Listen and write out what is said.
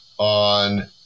on